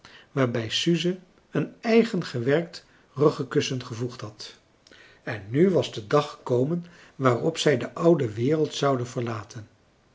waarbij suze een eigengewerkt ruggekussen gevoegd had en nu was de dag gekomen waarop zij de oude wereld zouden verlaten